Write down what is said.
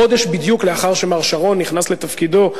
חודש בדיוק לאחר שמר שרון נכנס לתפקידו,